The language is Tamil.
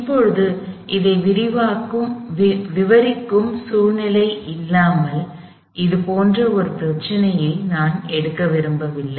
இப்போது இதை விவரிக்கும் சூழ்நிலை இல்லாமல் இதுபோன்ற ஒரு பிரச்சனையை நான் எடுக்க விரும்பவில்லை